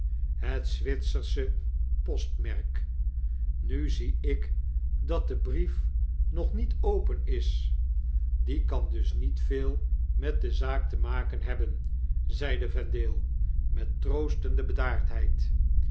het zwitsersche postmerk nu zie ik dat de brief nog niet open is die kan dus niet veel met de zaak te maken hebben zeide vendale met troostende bedaardheid